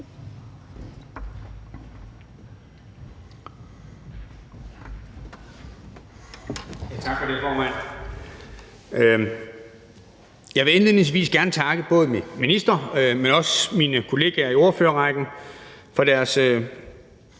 Jeg vil indledningsvis gerne takke både ministeren, men også mine kolleger i ordførerrækken for deres